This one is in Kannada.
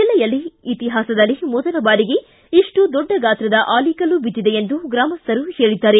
ಜಲ್ಲೆಯಲ್ಲಿ ಇತಿಹಾಸದಲ್ಲೇ ಮೊದಲ ಬಾರಿಗೆ ಇಷ್ಟು ದೊಡ್ಡ ಗಾತ್ರದ ಆಲಿಕಲ್ಲು ಬಿದ್ದಿದೆ ಎಂದು ಗ್ರಾಮಸ್ಥರು ಹೇಳಿದ್ದಾರೆ